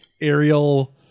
aerial